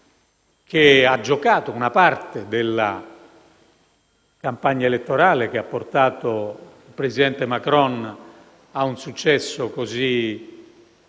che ha giocato una parte della campagna elettorale che ha portato il presidente Macron a un successo così